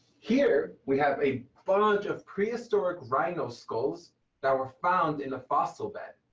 here we have a photo of prehistoric rhino skulls that were found in a fossil bed.